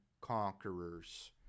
conquerors